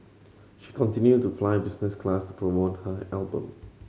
she continued to fly business class to promote her album